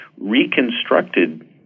reconstructed